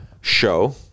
show